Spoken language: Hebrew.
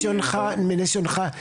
מניסיונך,